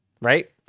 Right